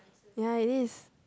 ya it is